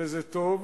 וזה טוב,